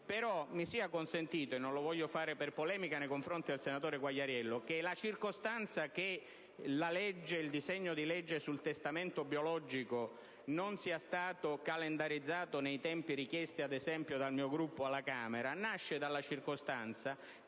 Mi sia consentito però - e non voglio fare polemica nei confronti del senatore Quagliariello - che la circostanza che il disegno di legge sul testamento biologico non sia stato calendarizzato nei tempi richiesti per esempio dal mio Gruppo alla Camera nasce dal fatto